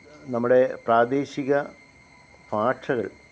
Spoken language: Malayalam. നമ്മടെ പ്രാദേശിക ഭാഷകള്